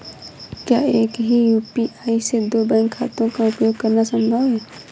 क्या एक ही यू.पी.आई से दो बैंक खातों का उपयोग करना संभव है?